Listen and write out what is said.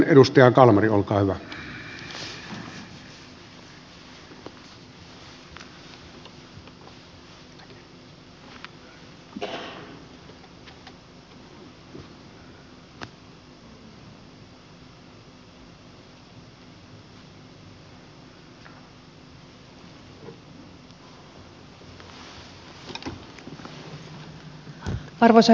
arvoisa herra puhemies